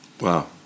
wow